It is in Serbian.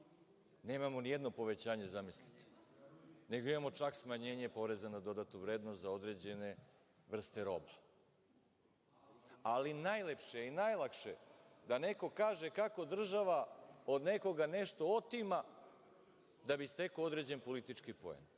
nemamo ni jedno povećanje, zamislite, nego imamo čak smanjenje PDV za određene vrste roba. Najlepše i najlakše je da neko kaže kako država od nekoga nešto otima da bi stekao određen politički poen